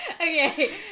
Okay